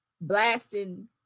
blasting